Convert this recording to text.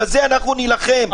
על זה אנחנו נילחם.